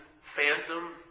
phantom